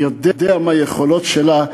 ויודע מה היכולות שלה,